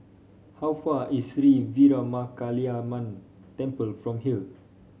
how far is Sri Veeramakaliamman Temple from here